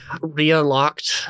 re-unlocked